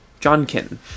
Johnkin